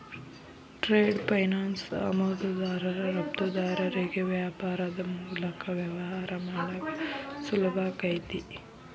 trade finance ಆಮದುದಾರರು ರಫ್ತುದಾರರಿಗಿ ವ್ಯಾಪಾರದ್ ಮೂಲಕ ವ್ಯವಹಾರ ಮಾಡಾಕ ಸುಲಭಾಕೈತಿ